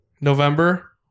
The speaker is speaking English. november